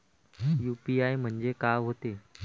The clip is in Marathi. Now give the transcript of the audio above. यू.पी.आय म्हणजे का होते?